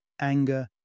anger